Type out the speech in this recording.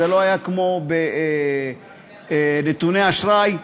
זה לא היה כמו בחוק נתוני אשראי,